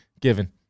given